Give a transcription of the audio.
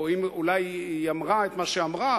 אולי היא אמרה את מה שאמרה,